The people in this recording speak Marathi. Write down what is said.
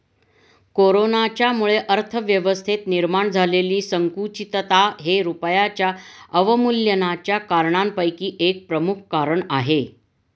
कोरोनाच्यामुळे अर्थव्यवस्थेत निर्माण झालेली संकुचितता हे रुपयाच्या अवमूल्यनाच्या कारणांपैकी एक प्रमुख कारण आहे